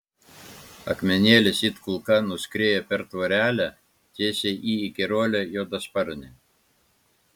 akmenėlis it kulka nuskrieja per tvorelę tiesiai į įkyruolį juodasparnį